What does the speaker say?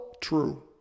true